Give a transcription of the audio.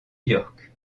york